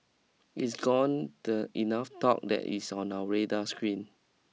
it's gone the enough talk that it's on our radar screen